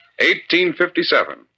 1857